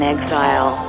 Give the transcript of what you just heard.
Exile